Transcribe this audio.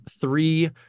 three